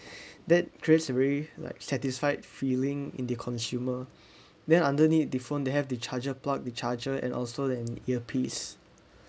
that straight away like satisfied feeling in the consumer then underneath the phone they have the charger plugged the charger and also an earpiece